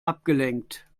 abgelenkt